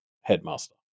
headmaster